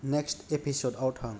next एपिसदाव थां